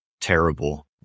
terrible